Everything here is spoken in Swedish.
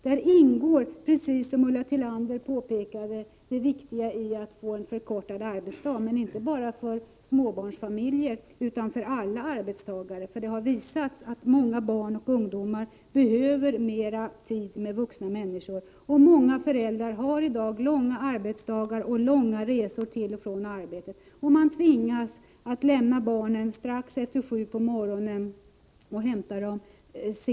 Där ingår, precis som Ulla Tillander påpekade, det viktiga att få en förkortad arbetsdag — men inte bara för småbarnsfamiljerna utan för alla arbetstagare. Det har ju visat sig att många barn och ungdomar behöver mera tid med vuxna människor, och många föräldrar har för närvarande långa arbetsdagar och långa resor till och från arbetet. De tvingas lämna barnen strax efter kl. 7.00 på morgonen och hämta dem kl.